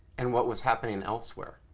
and what was happening elsewhere?